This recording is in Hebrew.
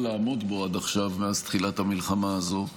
לעמוד בו עד עכשיו מאז תחילת המלחמה הזאת,